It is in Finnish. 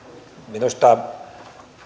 minusta